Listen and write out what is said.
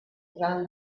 jean